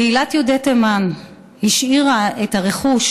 קהילת יהודי תימן השאירה את הרכוש